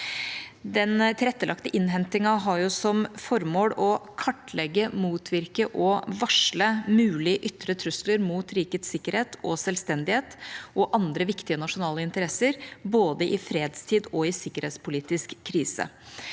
Den tilrettelagte innhentingen har som formål å kartlegge, motvirke og varsle mulige ytre trusler mot rikets sikkerhet og selvstendighet og andre viktige nasjonale interesser både i fredstid og i sikkerhetspolitisk krise.